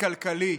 כלכלי.